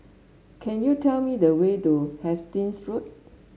can you tell me the way to Hastings Road